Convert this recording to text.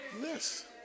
Yes